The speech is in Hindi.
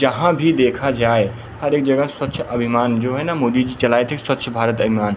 जहाँ भी देखा जाए हर एक जगह स्वच्छ अभिमान जो है ना मोदी जी चलाए थे स्वच्छ भारत अभियान